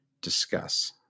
Discuss